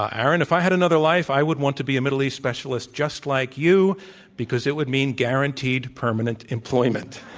aaron, if i had another life, i would want to be a middle east specialist just like you because it would mean guaranteed permanent employment.